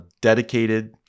dedicated